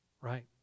right